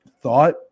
thought